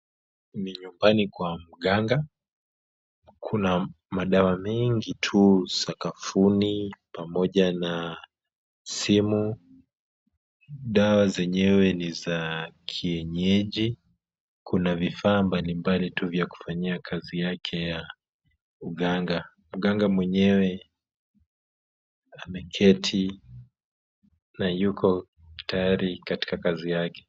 Ni nyumbani kwa mganga kuna madawa mengii tuu sakafuni pamoja naa simu, dawa zenyewe ni zaa kienyeji, kuna vifaa mabalimbali tu vya kufanyia kazi yake ya uganga, mganga mwenyewe ameketi na yuko tayari katika kazi yake.